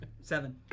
Seven